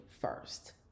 first